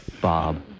Bob